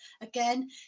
again